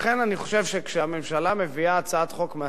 אני חושב שכשהממשלה מביאה הצעת חוק מהסוג